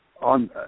on